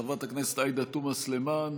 חברת הכנסת עאידה תומא סלימאן,